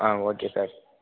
ah okay sir